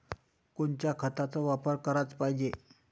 कोनच्या खताचा वापर कराच पायजे?